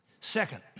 Second